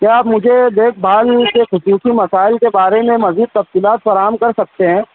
کیا آپ مجھے دیکھ بھال کے خصوصی مسائل کے بارے میں مزید تفصیلات فراہم کر سکتے ہیں